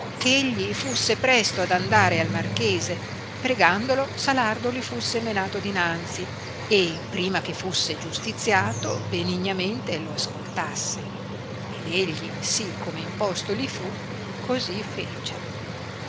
che egli fusse presto ad andare al marchese pregandolo salardo li fusse menato dinanzi e prima che fusse giustiziato benignamente lo ascoltasse ed egli si come imposto li fu così fece